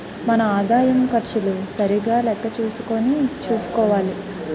మన ఆదాయం ఖర్చులు సరిగా లెక్క చూసుకుని చూసుకోవాలి